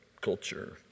Culture